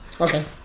okay